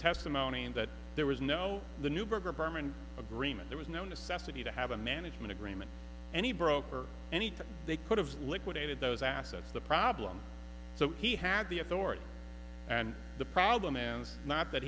testimony and that there was no the neuberger berman agreement there was no necessity to have a management agreement any broker anything they could have liquidated those assets the problem so he had the authority and the problem is not that